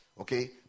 Okay